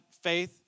faith